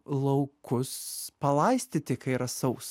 laukus palaistyti kai yra sausa